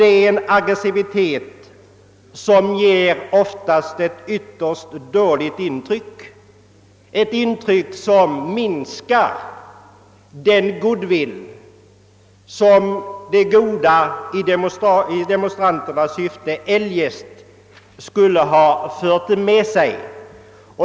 Det är en aggressivitet som oftast ger ett ytterst dåligt intryck, ett intryck som minskar den goodwill som det goda i demonstranternas syfte eljest skulle ha fört med sig.